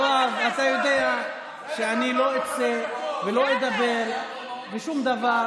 יואב, אתה יודע שאני לא אצא ולא אדבר ושום דבר.